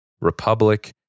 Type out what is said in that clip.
republic